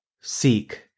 Seek